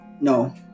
No